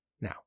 now